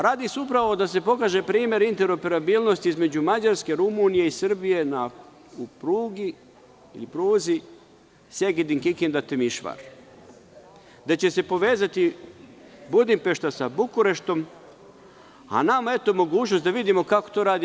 Radi se upravo da se pokaže primer interoperabilnosti između Mađarske, Rumunije i Srbije na prugi Segedin-Kikinda-Temišvar, gde će se povezati Budimpešta sa Bukureštom, a nama eto mogućnost da vidimo kako to radi EU.